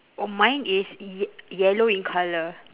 oh mine is ye~ yellow in colour